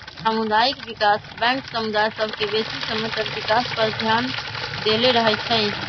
सामुदायिक विकास बैंक समुदाय सभ के बेशी समय तक विकास पर ध्यान देले रहइ छइ